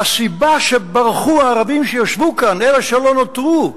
והסיבה שברחו הערבים שישבו כאן, אלה שלא נותרו,